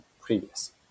previous